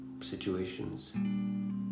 situations